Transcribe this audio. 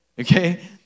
okay